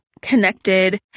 connected